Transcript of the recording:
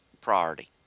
priority